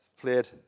played